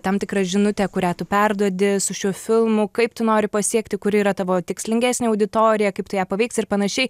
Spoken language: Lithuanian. tam tikra žinutė kurią tu perduodi su šiuo filmu kaip tu nori pasiekti kuri yra tavo tikslingesnė auditorija kaip tu ją paveiksi ir panašiai